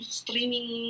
streaming